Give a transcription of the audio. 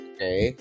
Okay